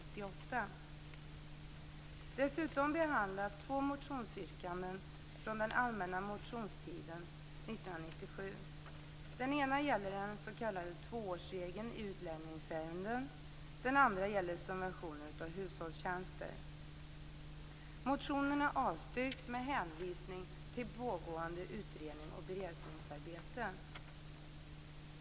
Dessutom behandlas två motionsyrkanden från den allmänna motionstiden 1997. Den ena gäller den s.k. tvåårsregeln i utlänningsärenden. Den andra gäller subventioner av hushållstjänster. Motionerna avstyrks med hänvisning till pågående utrednings eller beredningsarbete.